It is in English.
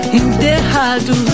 enterrado